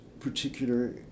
particular